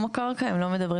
מי מודד